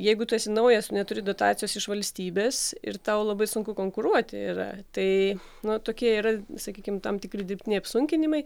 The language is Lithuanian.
jeigu tu esi naujas tu neturi dotacijos iš valstybės ir tau labai sunku konkuruoti yra tai na tokie yra sakykim tam tikri dirbtiniai apsunkinimai